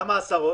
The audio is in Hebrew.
כמה עשרות?